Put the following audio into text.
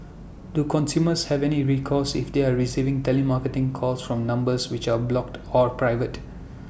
do consumers have any recourse if they are receiving telemarketing calls from numbers which are blocked or private